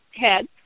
head